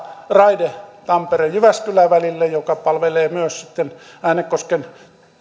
tampere jyväskylä välille joka palvelee myös sitten äänekosken